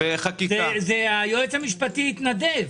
היועץ המשפטי התנדב.